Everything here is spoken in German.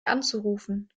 anzurufen